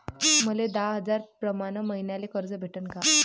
मले दहा हजार प्रमाण मईन्याले कर्ज भेटन का?